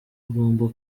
agomba